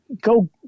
go